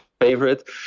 favorite